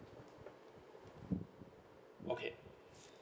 okay